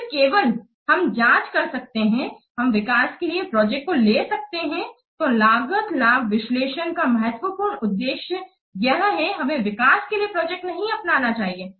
फिर केवल हम जांच कर सकते हैं हम विकास के लिए प्रोजेक्ट को ले सकते हैं तो लागत लाभ विश्लेषण का महत्वपूर्ण उद्देश्य यह है हमें विकास के लिए प्रोजेक्ट नहीं अपनानी चाहिए